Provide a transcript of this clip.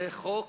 זה חוק